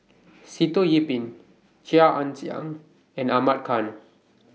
Sitoh Yih Pin Chia Ann Siang and Ahmad Khan